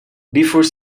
before